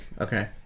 okay